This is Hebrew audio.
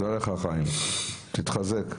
תודה לך, חיים, תתחזק.